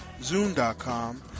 Zoom.com